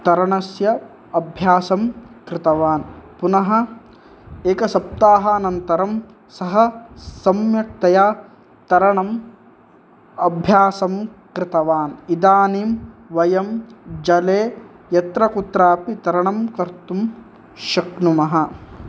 तरणस्य अभ्यासं कृतवान् पुनः एकसप्ताहानन्तरं सः सम्यक्तया तरणम् अभ्यासं कृतवान् इदानीं वयं जले यत्र कुत्रापि तरणं कर्तुं शक्नुमः